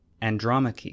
Andromache